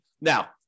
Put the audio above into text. Now